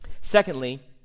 Secondly